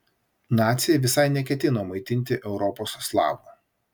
naciai visai neketino maitinti europos slavų